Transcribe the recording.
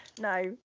no